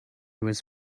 was